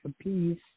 apiece